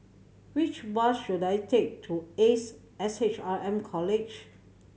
which bus should I take to Ace S H R M College